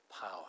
power